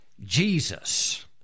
Jesus